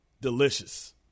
delicious